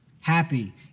Happy